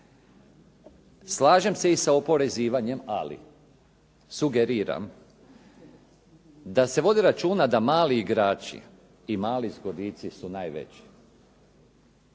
Slažem se i sa oporezivanje, ali sugeriram da se vodi računa da mali igrači i mali zgodici su najveći